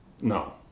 no